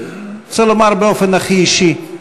אני רוצה לומר באופן הכי אישי,